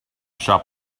shop